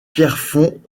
pierrefonds